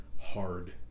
hard